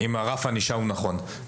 אם רף הענישה הוא נכון.